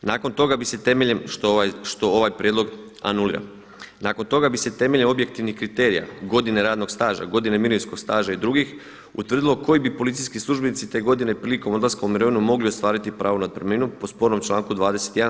I nakon toga bi se temeljem, što ovaj prijedlog anulira, nakon toga bi se temeljem objektivnih kriterija, godine radnog staža, godine mirovinskog staža i drugih utvrdilo koji bi policijski službenici te godine prilikom odlaska u mirovinu mogli ostvariti pravo na otpremninu po spornom članku 21.